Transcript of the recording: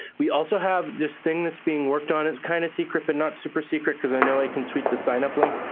we also have this thing that's being worked on. it's kind of secret, but not super secret. because i know i can tweak the sign-up link.